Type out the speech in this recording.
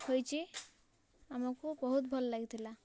ହୋଇଛି ଆମକୁ ବହୁତ ଭଲ ଲାଗିଥିଲା